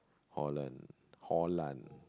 Holland Holland